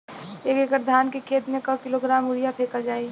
एक एकड़ धान के खेत में क किलोग्राम यूरिया फैकल जाई?